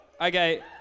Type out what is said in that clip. Okay